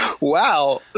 Wow